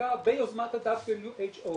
שנחקקה ביוזמת ה-WAO,